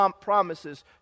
promises